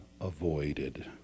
avoided